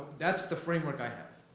that's the framework i have.